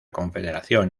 confederación